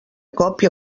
còpia